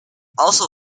also